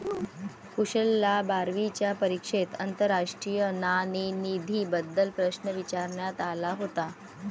कुशलला बारावीच्या परीक्षेत आंतरराष्ट्रीय नाणेनिधीबद्दल प्रश्न विचारण्यात आला होता